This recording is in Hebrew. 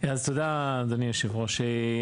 אז תודה אדוני היושב ראש,